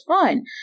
fine